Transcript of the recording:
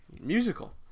musical